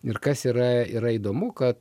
ir kas yra yra įdomu kad